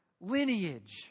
lineage